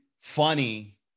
funny